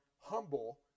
Humble